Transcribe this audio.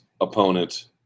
opponent